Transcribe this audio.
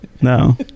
no